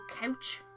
couch